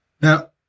Now